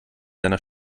deiner